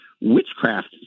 witchcraft